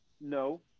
No